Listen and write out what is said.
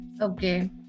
Okay